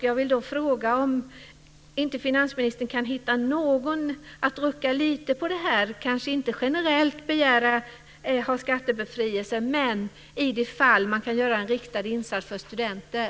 Jag vill också fråga om finansministern inte kan hitta något sätt för att rucka lite på det här. Man kanske inte generellt kan begära skattebefrielse, men det finns fall där man kan göra en riktad insats för studenter.